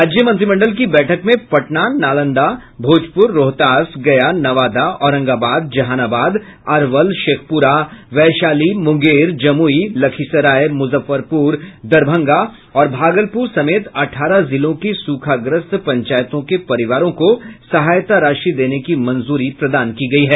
राज्य मंत्रिमंडल की बैठक में पटना नालंदा भोजपूर रोहतास गया नवादा औरंगाबाद जहानाबाद अरवल शेखपुरा वैशाली मुंगेर जमुई लखीसराय मुजफ्फरपुर दरभंगा और भागलपुर समेत अठारह जिलों की सूखाग्रस्त पंचायतों के परिवारों को सहायता राशि देने की मंजूरी प्रदान की गयी है